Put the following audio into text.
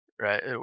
right